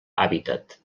hàbitat